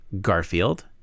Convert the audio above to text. Garfield